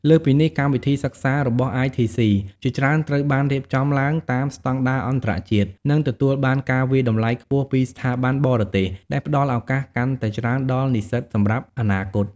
លើសពីនេះកម្មវិធីសិក្សារបស់ ITC ជាច្រើនត្រូវបានរៀបចំឡើងតាមស្តង់ដារអន្តរជាតិ និងទទួលបានការវាយតម្លៃខ្ពស់ពីស្ថាប័នបរទេស ដែលផ្តល់ឱកាសកាន់តែច្រើនដល់និស្សិតសម្រាប់អនាគត។